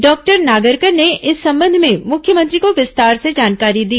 doctor Nagarkar ने इस संबंध में मुख्यमंत्री को विस्तार से जानकारी दी